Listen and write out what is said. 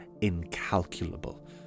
incalculable